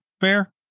Fair